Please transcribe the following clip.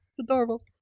adorable